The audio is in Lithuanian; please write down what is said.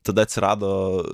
tada atsirado